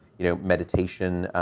you know, meditation.